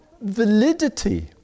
validity